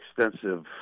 extensive